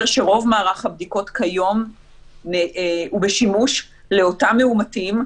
שרוב מערך הבדיקות כיום הוא בשימוש לאותם מאומתים,